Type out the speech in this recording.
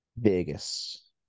Vegas